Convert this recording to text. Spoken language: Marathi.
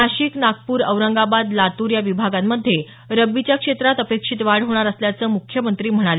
नाशिक नागपूर औरंगाबाद लातूर या विभागांमध्ये रब्बीच्या क्षेत्रात अपेक्षित वाढ होणार असल्याचं मुख्यमंत्री म्हणाले